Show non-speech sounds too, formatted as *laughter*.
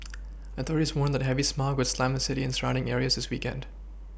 *noise* authorities warned the heavy smog would slam the city and surrounding areas this weekend